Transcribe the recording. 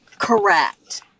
correct